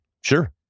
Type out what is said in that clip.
Sure